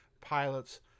pilots